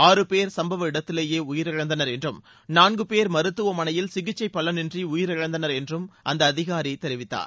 ஆறு பேர் சும்பவ இடத்திலேயே உயிரிழந்தனர் என்றும் நான்கு பேர் மருத்துவமனையில் சிகிச்சை பலன் இன்றி உயிரிழந்தனர் என்றும் அந்த அதிகாரி தெரிவித்தார்